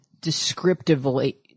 descriptively